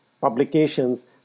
publications